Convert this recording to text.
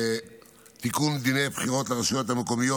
תיקון דיני הבחירות לרשויות המקומיות.